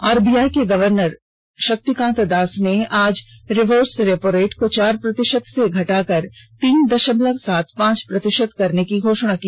RBI के governor Shaktikanta Das ने आज रिवर्स रेपोरेट को चार प्रतिशत से घटाकर तीन दशमलव सात पांच प्रतिशत करने की घोषणा की